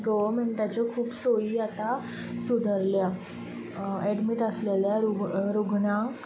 गोवर्नमेंटाच्यो खूब सोयी आतां सुदरल्या एडमीट आसलेल्या रुग्णाक